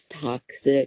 toxic